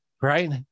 right